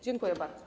Dziękuję bardzo.